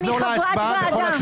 אני חברת ועדה.